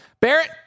Barrett